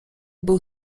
był